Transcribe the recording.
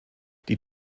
die